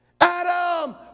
Adam